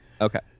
Okay